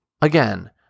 again